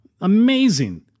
amazing